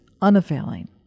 unavailing